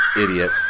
idiot